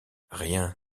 rien